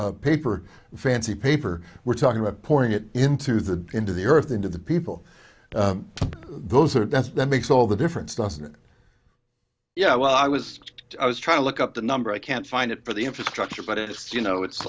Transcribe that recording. of paper fancy paper we're talking about pouring it into the into the earth into the people those are that's what makes all the difference doesn't yeah well i was i was trying to look up the number i can't find it for the infrastructure but it's you know it's